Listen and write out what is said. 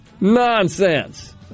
nonsense